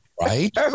Right